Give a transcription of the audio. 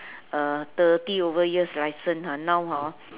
uh thirty over years license ah now hor